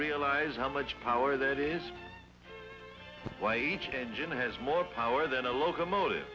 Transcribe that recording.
realize how much power that is why each engine has more power than a locomotive